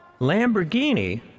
Lamborghini